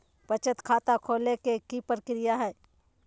बचत खाता खोले के कि प्रक्रिया है?